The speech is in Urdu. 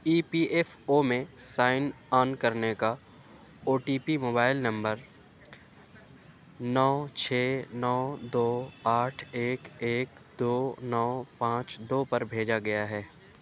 ای پی ایف او میں سائن ان کرنے کا او ٹی پی موبائل نمبر نو چھ نو دو آٹھ ایک ایک دو نو پانچ دو پر بھیجا گیا ہے